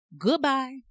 Goodbye